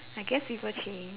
I guess people change